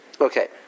Okay